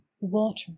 water